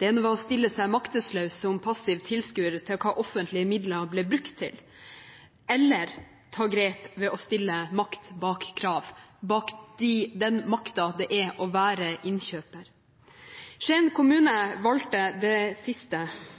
Det var enten å stille seg maktesløs som passiv tilskuer til hva offentlige midler ble brukt til, eller å ta grep ved å sette makt bak kravet, den makta man har ved å være innkjøper. Skien kommune valgte det siste,